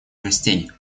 гостей